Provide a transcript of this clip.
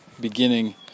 beginning